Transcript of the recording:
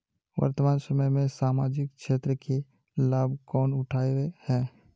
वर्तमान समय में सामाजिक क्षेत्र के लाभ कौन उठावे है?